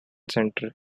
center